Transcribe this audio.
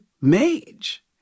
mage